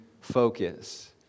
focus